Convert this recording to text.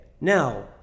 now